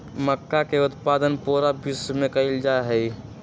मक्का के उत्पादन पूरा विश्व में कइल जाहई